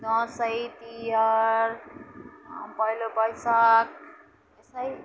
दसैँ तिहार पहिलो वैशाख दसैँ